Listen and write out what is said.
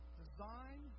design